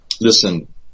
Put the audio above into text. listen